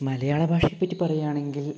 മലയാള ഭാഷയെപ്പറ്റി പറയുകയാണെങ്കിൽ